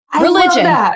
religion